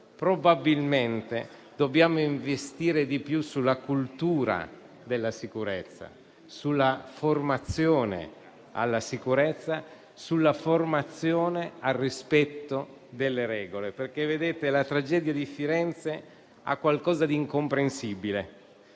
Probabilmente dobbiamo investire di più sulla cultura della sicurezza, sulla formazione alla sicurezza, sulla formazione al rispetto delle regole, perché la tragedia di Firenze ha qualcosa di incomprensibile,